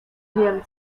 wiem